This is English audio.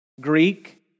Greek